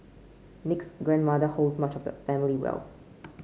Nick's grandmother holds much of the family wealth